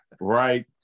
Right